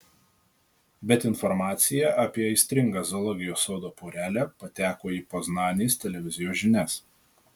bet informacija apie aistringą zoologijos sodo porelę pateko į poznanės televizijos žinias